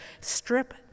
strip